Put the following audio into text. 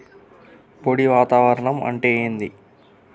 పొడి వాతావరణం అంటే ఏంది?